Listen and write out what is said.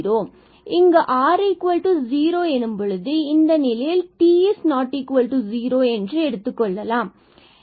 இங்கு r0 எனும் பொழுது இந்த நிலையில் நாம் t≠0 என்று எடுத்துக்கொள்ளலாம்